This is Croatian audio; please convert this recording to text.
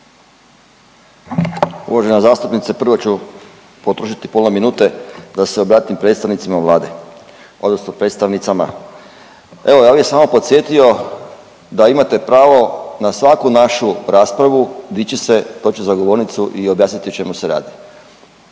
Uvažena zastupnice, prvo ću potrošiti pola minute da se obratim predstavnicima Vlade odnosno predstavnicama. Evo ja bi samo podsjetio da imate pravo na svaku našu raspravu dići se, doći za govornicu i objasniti o čemu se radi.